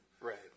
right